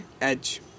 edge